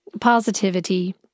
positivity